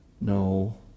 No